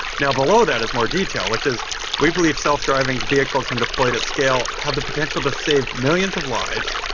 now, below that is more detail, which is we believe self-driving vehicles when deployed at scale have the potential to save millions of lives,